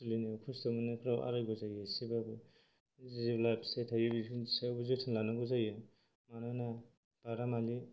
सोलिनायाव खस्थ' मोननायफ्राव आरायग' जायो एसेबाबो जेब्ला फिथाइ थायो बिफोरनि सायावबो जोथोन लानांगौ जायो मानोना बादामालि